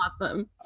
awesome